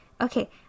okay